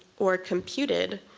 or computed,